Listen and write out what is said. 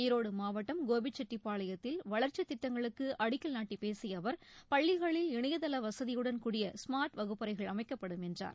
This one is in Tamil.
ஈரோடு மாவட்டம் கோபிச்செட்டிபாளையத்தில் வளர்சசித் திட்டங்களுக்கு அடிக்கல் நாட்டி பேசிய அவர் பள்ளிகளில் இணைதள வசதியுடன் கூடிய ஸ்மார்ட் வகுப்பறைகள் அமைக்கப்படும் என்றார்